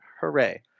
Hooray